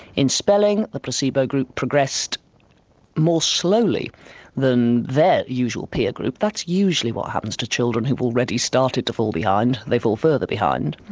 in spelling the placebo group progressed more slowly than their usual peer group, that's usually what happens to children who've already started to fall behind, they fall further behind.